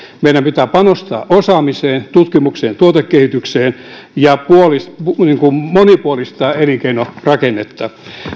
meidän pitää panostaa osaamiseen tutkimukseen ja tuotekehitykseen ja monipuolistaa elinkeinorakennetta